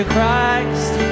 Christ